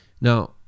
Now